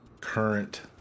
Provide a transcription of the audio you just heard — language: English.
current